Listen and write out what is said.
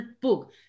book